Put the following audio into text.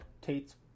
Tate's